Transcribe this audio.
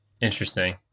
Interesting